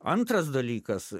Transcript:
antras dalykas